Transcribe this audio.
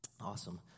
Awesome